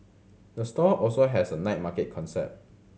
the store also has a night market concept